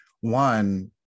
one